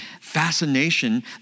fascination